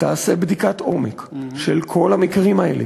שתעשה בדיקת עומק של כל המקרים האלה,